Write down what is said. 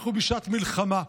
אנחנו בשעת מלחמה.